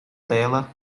tela